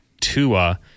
Tua